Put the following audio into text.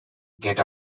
get